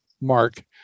mark